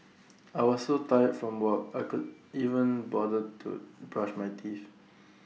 I was so tired from work I could even bother to brush my teeth